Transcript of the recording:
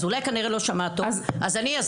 אז אולי כנראה לא שמעת טוב, אז אני אסביר.